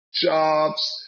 jobs